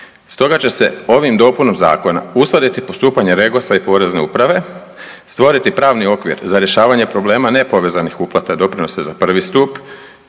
Stoga će se ovom dopunom zakona uskladiti postupanje REGOS-a i porezne uprave, stvoriti pravni okvir za rješavanje problema nepovezanih uplata i doprinosa za prvi stup